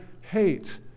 hate